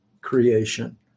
creation